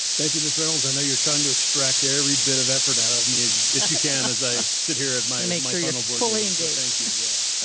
thank you. ms reynolds. i know you're trying to extract every bit of effort out of me is that you can as i sit here at my, make sure you fully engage. thank you. yes.